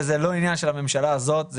וזה לא עניין של הממשלה הזאת אלא זה